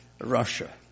Russia